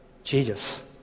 Jesus